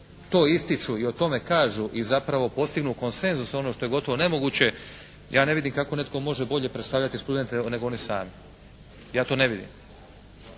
to ističu i o tome kažu i zapravo postignu koncenzus ono što je gotovo nemoguće ja ne vidim kako netko može bolje predstavljati studente nego oni sami. Ja to ne vidim.